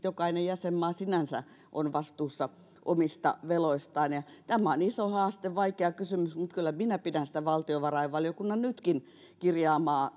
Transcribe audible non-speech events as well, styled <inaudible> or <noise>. <unintelligible> jokainen jäsenmaa sinänsä on vastuussa omista veloistaan tämä on iso haaste vaikea kysymys mutta kyllä minä pidän sitä valtiovarainvaliokunnan nytkin kirjaamaa <unintelligible>